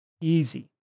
easy